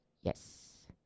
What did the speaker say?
Yes